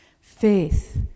Faith